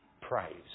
praise